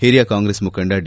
ಹಿರಿಯ ಕಾಂಗ್ರೆಸ್ ಮುಖಂಡ ಡಿ